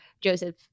Joseph